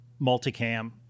multicam